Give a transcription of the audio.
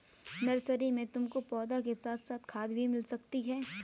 nursery में तुमको पौधों के साथ साथ खाद भी मिल सकती है